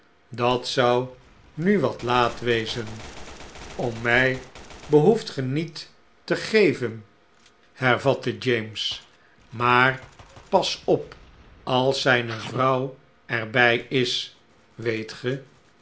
dat zou nuwat laat wezen om mij behoeft ge niet te geven hervatte james maar pas op als zijne vrouw er bij is weet ge